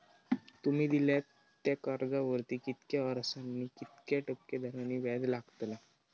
तुमि दिल्यात त्या कर्जावरती कितक्या वर्सानी कितक्या टक्के दराने व्याज लागतला?